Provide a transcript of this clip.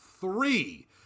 three